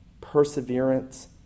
perseverance